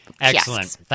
excellent